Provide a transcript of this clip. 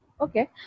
okay